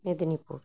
Medinipur